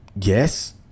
yes